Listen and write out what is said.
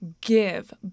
give